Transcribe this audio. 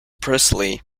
presley